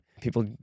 people